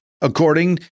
according